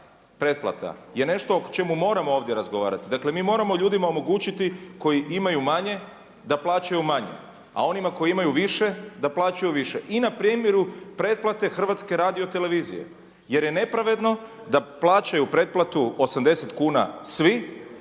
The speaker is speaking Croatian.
pretplata je nešto o čemu moramo ovdje razgovarati, dakle mi moramo ljudima omogućiti koji imaju manje da plaćaju manje, a onima koji imaju više da plaćaju više i na primjeru pretplate HRT-a jer je nepravedno da plaćaju pretplatu 80 kuna svi